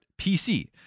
PC